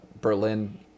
Berlin